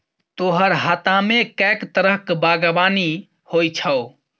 तोहर हातामे कैक तरहक बागवानी होए छौ